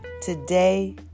Today